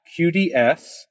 QDS